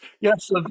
Yes